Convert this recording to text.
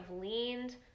leaned